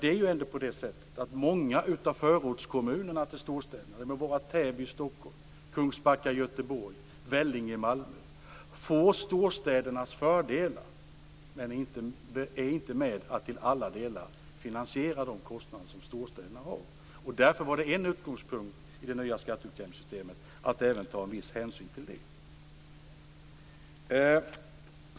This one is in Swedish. Det är ju ändå på det sättet att många av förortskommunerna till storstäderna - det må vara Täby i Stockholm, Kungsbacka i Göteborg eller Vellinge i Malmö - får storstädernas fördelar men är inte till alla delar med och finansierar storstädernas kostnader. Därför var en utgångspunkt i det nya skatteutjämningssystemet att även ta en viss hänsyn till det.